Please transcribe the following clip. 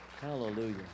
Hallelujah